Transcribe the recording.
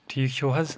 ٹھیٖک چھُو حظ